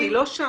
אני לא שם.